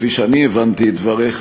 כפי שאני הבנתי את דבריך,